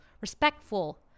respectful